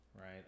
right